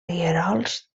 rierols